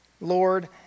Lord